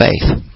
faith